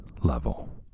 level